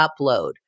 upload